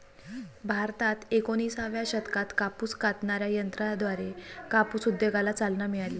भारतात एकोणिसाव्या शतकात कापूस कातणाऱ्या यंत्राद्वारे कापूस उद्योगाला चालना मिळाली